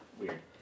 Weird